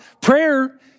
Prayer